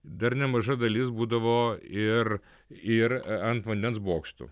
dar nemaža dalis būdavo ir ir ant vandens bokštų